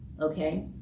Okay